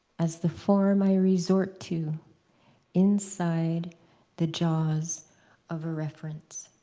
as the form i resort to inside the jaws of a reference.